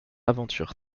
aventures